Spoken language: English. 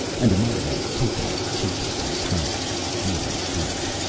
and among them tolkemec capered and pranced, dealing death.